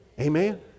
Amen